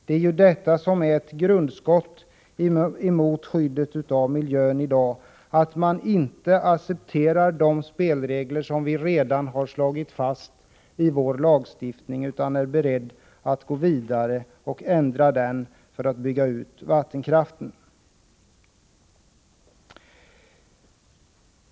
Det skulle bli ett grundskott mot miljöskyddet, om man inte accepterar de spelregler som redan har slagits fast i lagstiftningen utan är beredd att ändra den för att kunna bygga ut vattenkraften.